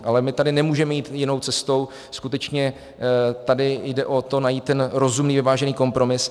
Ale my tady nemůžeme jít jinou cestou, skutečně tady jde o to najít rozumný vyvážený kompromis.